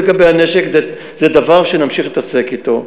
לגבי הנשק, זה דבר שנמשיך להתעסק אתו.